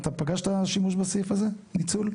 אתה פגשת שימוש בסעיף הזה, ניצול?